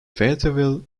fayetteville